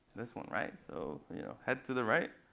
this one, right? so you know head to the right.